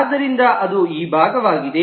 ಆದ್ದರಿಂದ ಅದು ಈ ಭಾಗವಾಗಿದೆ